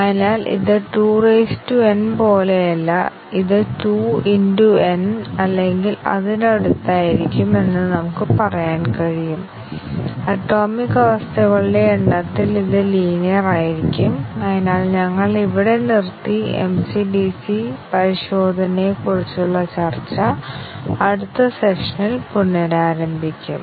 അതിനാൽ അടുത്ത സെഷനിൽ MCDC ടെസ്റ്റിംഗ് ആയ ഒന്നിലധികം വ്യവസ്ഥ തീരുമാന കവറേജ് ഞങ്ങൾ നോക്കുകയും അവിടെ എന്താണ് ഉൾപ്പെട്ടിരിക്കുന്നതെന്നും ഒരു ടെസ്റ്റ് കേസ് എങ്ങനെ രൂപകൽപ്പന ചെയ്തിട്ടുണ്ടെന്നും അവിടെയുള്ള അടിസ്ഥാന ആശയങ്ങൾ എന്താണെന്നും നോക്കാം